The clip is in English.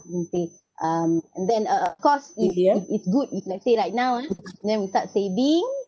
okay um and then uh of course it it it's good if let's say like now ah and then we start saving